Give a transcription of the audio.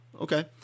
Okay